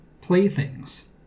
playthings